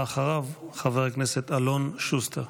ואחריו, חבר הכנסת אלון שוסטר.